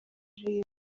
iyi